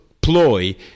ploy